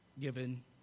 given